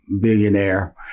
billionaire